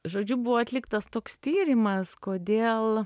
žodžiu buvo atliktas toks tyrimas kodėl